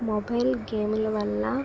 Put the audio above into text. mobile గేమూల వల్ల